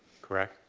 correct?